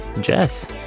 Jess